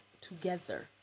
together